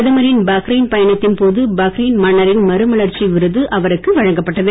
பிரதமரின் பஹ்ரைன் பயணத்தின் போது பஹ்ரைன் மன்னரின் மறுமலர்ச்சி விருது அவருக்கு வழங்கப்பட்டது